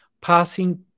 passing